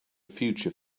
future